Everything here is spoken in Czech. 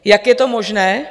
Jak je to možné?